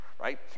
right